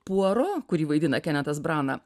puaro kurį vaidina kenetas brana